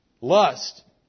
Lust